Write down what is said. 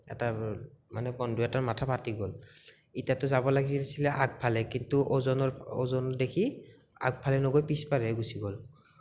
এটা মানে বন্ধু এটাৰ মাথা ফাটি গ'ল ইটাটো যাব লাগিছিল আগফালে কিন্তু এজনৰ ওজন দেখি আগফালে নগৈ পিচফালেহে গুচি গ'ল